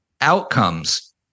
Outcomes